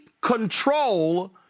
control